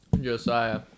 Josiah